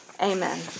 Amen